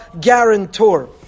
guarantor